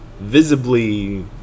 visibly